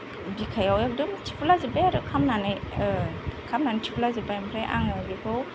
बिखायाव एकदम थिफुला जोब्बाय आरो खामनानै खामनानै थिफुला जोब्बाय ओमफ्राय आं बेखौ